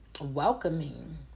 welcoming